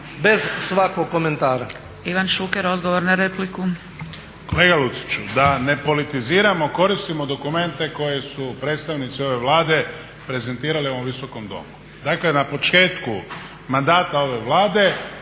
bez svakog komentara.